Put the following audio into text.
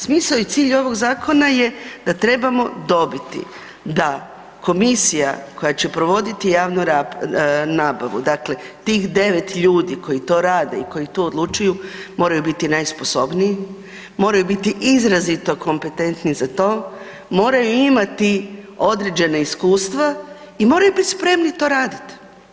Smisao i cilj ovog zakona je da trebamo dobiti da komisija koja će provoditi javnu nabavu, dakle tih 9 ljudi koji to rade i koji to odlučuju, moraju biti najsposobniji, moraju biti izrazito kompetentni za to, moraju imat određena iskustva i moraju bit spremni to radit.